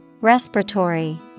Respiratory